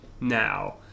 now